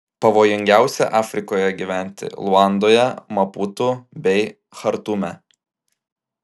pavojingiausia afrikoje gyventi luandoje maputu bei chartume